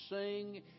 sing